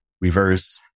reverse